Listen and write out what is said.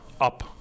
up